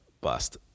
bust